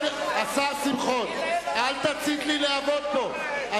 השר שמחון, אל תצית לי להבות פה.